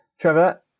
Trevor